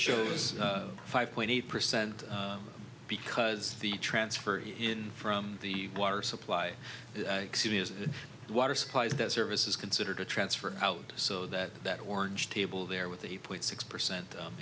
shows five point eight percent because the transfer in from the water supply water supplies that service is considered a transfer out so that that orange table there with eight point six percent